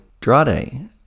Drade